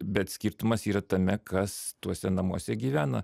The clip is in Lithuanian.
bet skirtumas yra tame kas tuose namuose gyvena